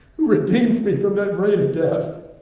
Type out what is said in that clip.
who redeems me from that greater death.